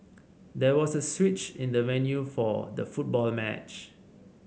there was a switch in the venue for the football match